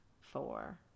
four